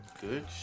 Good